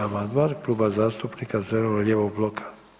amandman Kluba zastupnika zeleno-lijevog bloka.